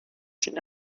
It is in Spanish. sin